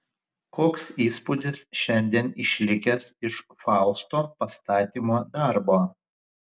koks įspūdis šiandien išlikęs iš fausto pastatymo darbo